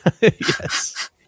Yes